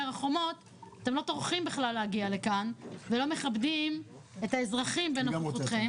החומות' אתם לא טורחים בכלל להגיע לכאן ולא מכבדים את האזרחים בנוכחותכם.